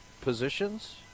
positions